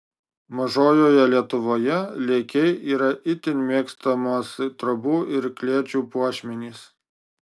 mažojoje lietuvoje lėkiai yra itin mėgstamas trobų ir klėčių puošmenys